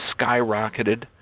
skyrocketed